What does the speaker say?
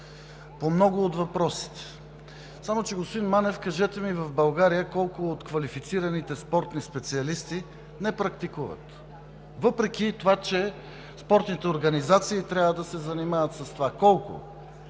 по много от въпросите, само че, господин Манев, кажете ми в България колко от квалифицираните спортни специалисти не практикуват? Въпреки че спортните организации трябва да се занимават с това. Колко?